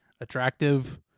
attractive